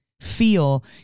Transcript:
feel